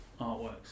artworks